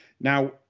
Now